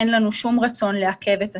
אין לנו שום רצון לעכב את התהליך.